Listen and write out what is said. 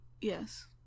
yes